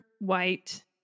white